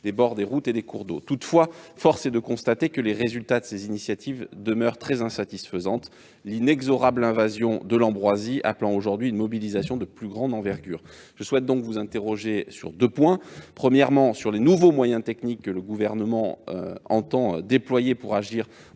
des bords de routes et des cours d'eau. Toutefois, force est de constater que les résultats de ces initiatives demeurent très insuffisants, et l'inexorable invasion de l'ambroisie appelle aujourd'hui une mobilisation de plus grande envergure. Je souhaite donc vous interroger sur deux points. Premièrement, quels nouveaux moyens techniques le Gouvernement compte-t-il déployer pour agir